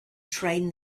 train